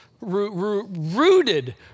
rooted